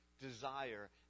desire